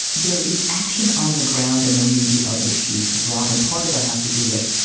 there is action on the ground and there may be other shoes to drop in. part of that has to do with,